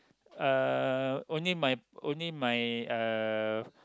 uh only my only my uh